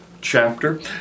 chapter